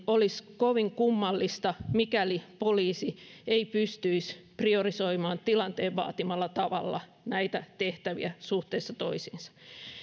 olisi kovin kummallista mikäli poliisi ei pystyisi priorisoimaan tilanteen vaatimalla tavalla näitä tehtäviä suhteessa toisiinsa